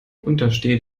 untersteh